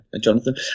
Jonathan